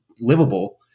livable